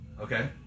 Okay